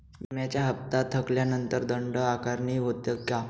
विम्याचा हफ्ता थकल्यानंतर दंड आकारणी होते का?